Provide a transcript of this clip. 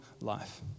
life